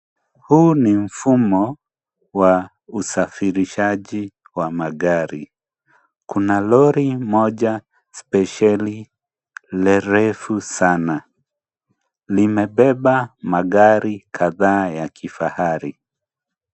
Huu ni mfumo wa usafirishaji wa magari, kuna lorry moja spesheli refu sana, limebeba magari kadhaa ya kifahari.